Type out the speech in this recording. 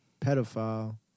pedophile